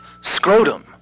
Scrotum